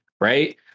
Right